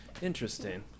Interesting